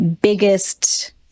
biggest